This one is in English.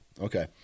Okay